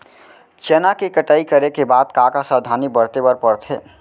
चना के कटाई करे के बाद का का सावधानी बरते बर परथे?